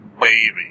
baby